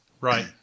Right